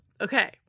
okay